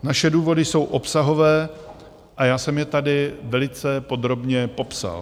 Naše důvody jsou obsahové a já jsem je tady velice podrobně popsal.